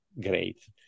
great